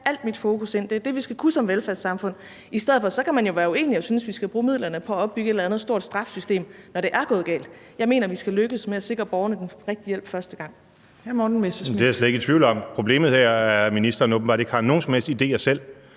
al mit fokus ind; det er det, vi skal kunne som velfærdssamfund. Så kan man jo være uenig og synes, at vi skal bruge midlerne på at opbygge et eller andet stort straffesystem, når det er gået galt. Jeg mener, at vi skal lykkes med at sikre borgerne den rigtige hjælp første gang. Kl. 15:22 Tredje næstformand (Trine Torp): Hr. Morten Messerschmidt. Kl.